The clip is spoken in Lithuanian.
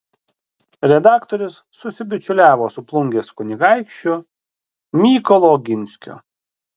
redaktorius susibičiuliavo su plungės kunigaikščiu mykolu oginskiu